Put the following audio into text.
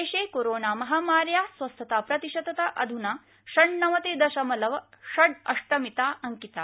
देशे कोरोना महामार्या स्वस्थताप्रतिशतता अधुना षण्णवति दशमलव षड् अष्टमिता अंकिता